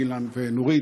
ואילן ונורית,